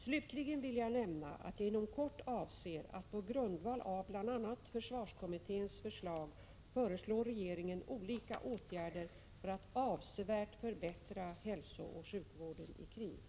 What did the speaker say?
Slutligen vill jag nämna att jag inom kort avser att på grundval av bl.a. försvarskommitténs förslag föreslå regeringen olika åtgärder för att avsevärt förbättra hälsooch sjukvården i krig.